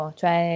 cioè